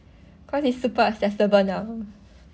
cause it's super accessible now